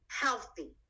healthy